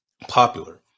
popular